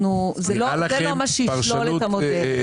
זה לא מה שישלול את המודל.